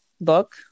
book